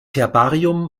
herbarium